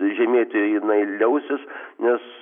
žemėti jinai liausis nes